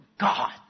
God